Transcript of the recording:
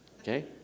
okay